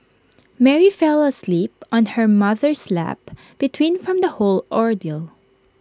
Mary fell asleep on her mother's lap between from the whole ordeal